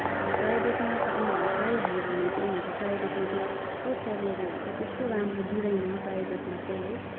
अब प्राइभेटमा उनीहरूले पाइहाल्यो भने चाहिँ उनीहरूको प्राइभेटमा त्यस्तो सेलरीहरू चाहिँ त्यस्तो राम्रो दिँदैन प्राइभेटमा चाहिँ है